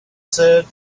said